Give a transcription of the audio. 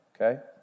okay